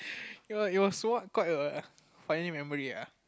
it was it was what quite a funny memory ah